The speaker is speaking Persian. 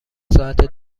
ساعت